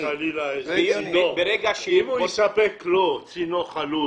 אם הוא יספק לו צינור חלוד